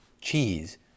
cheese